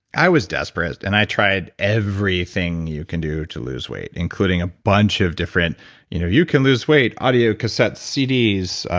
i was desperate, and i tried everything you can do to lose weight including a bunch of different you know you can lose weight audio cassette cds.